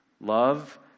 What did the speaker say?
Love